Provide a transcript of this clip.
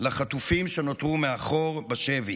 לחטופים שנותרו מאחור בשבי